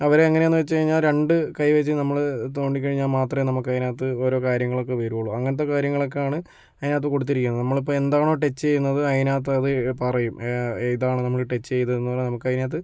അവർ എങ്ങനെയാണെന്നു വെച്ചു കഴിഞ്ഞാൽ രണ്ട് കൈ വെച്ച് നമ്മൾ തോണ്ടിക്കഴിഞ്ഞാൽ മാത്രമേ നമുക്കതിനകത്ത് ഓരോ കാര്യങ്ങളൊക്കെ വരികയുള്ളൂ അങ്ങനത്തെ കാര്യങ്ങളൊക്കെ ആണ് അതിനകത്ത് കൊടുത്തിരിക്കുന്നത് നമ്മൾ ഇപ്പോൾ എന്താണോ ടച്ച് ചെയ്യുന്നത് അതിനകത്ത് അത് പറയും ഇതാണ് നമ്മൾ ടച്ച് ചെയ്തതെന്ന് നമുക്ക് അതിനകത്ത്